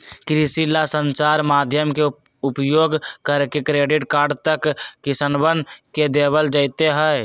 कृषि ला संचार माध्यम के उपयोग करके क्रेडिट कार्ड तक किसनवन के देवल जयते हई